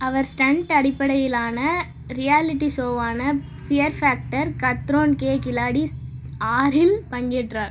அவர் stunt அடிப்படையிலான reality ஷோவான fear factor Khatron Ke Khiladi ஆறில் பங்கேற்றார்